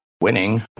Winning